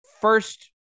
first